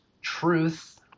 truth